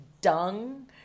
dung